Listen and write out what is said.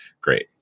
Great